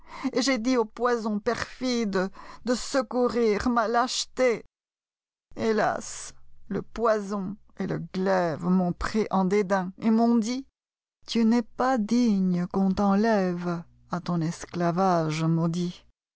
j'ai dit au poison perfidede secourir ma lâcheté hélas le poison et le glaivem'ont pris en dédain et m'ont dit i tu n'es pas digne qu'on t'enlèvea ton esclavage maudit